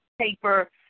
paper